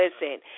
Listen